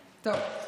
טוב.